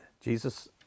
Jesus